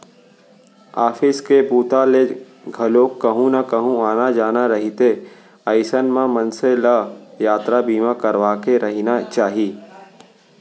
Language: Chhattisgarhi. ऑफिस के बूता ले घलोक कहूँ न कहूँ आना जाना रहिथे अइसन म मनसे ल यातरा बीमा करवाके रहिना चाही